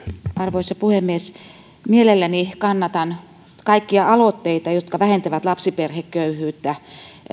arvoisa puhemies mielelläni kannatan kaikkia aloitteita jotka vähentävät lapsiperheköyhyyttä